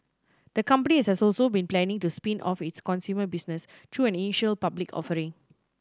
the company has also been planning to spin off its consumer business through an initial public offering